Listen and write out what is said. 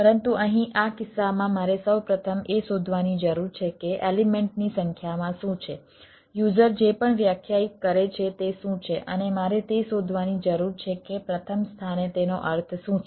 પરંતુ અહીં આ કિસ્સામાં મારે સૌ પ્રથમ એ શોધવાની જરૂર છે કે એલિમેન્ટની સંખ્યામાં શું છે યુઝર જે પણ વ્યાખ્યાયિત કરે છે તે શું છે અને મારે તે શોધવાની જરૂર છે કે પ્રથમ સ્થાને તેનો અર્થ શું છે